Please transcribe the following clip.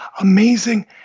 amazing